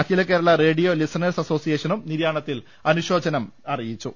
അഖില Kerala radio listeners അസോസിയേഷനും നിര്യാണത്തിൽ അനുശോചനം അറി യിച്ചു